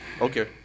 Okay